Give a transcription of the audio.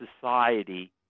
society